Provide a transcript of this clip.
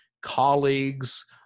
colleagues